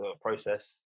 process